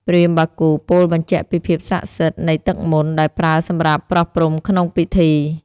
ព្រាហ្មណ៍បាគូពោលបញ្ជាក់ពីភាពស័ក្តិសិទ្ធិនៃទឹកមន្ត ដែលប្រើសម្រាប់ប្រោះព្រំក្នុងពិធី។